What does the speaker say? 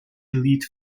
elite